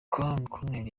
corner